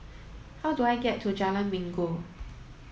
how do I get to Jalan Minggu